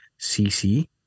cc